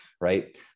right